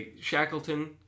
Shackleton